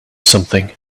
something